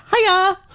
Hiya